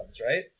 right